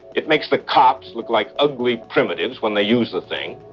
it makes the cops look like ugly primitives when they use the thing,